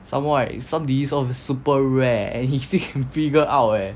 some more right some disease all super rare and he still can figure out eh